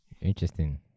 Interesting